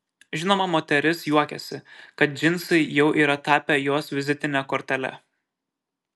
žinoma moteris juokiasi kad džinsai jau yra tapę jos vizitine kortele